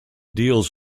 diels